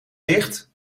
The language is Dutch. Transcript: dicht